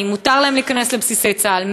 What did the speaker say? האם מותר להם להיכנס לבסיסי צה"ל?